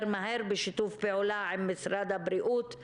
מהר בשיתוף פעולה עם משרד הבריאות,